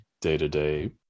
day-to-day